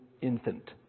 infant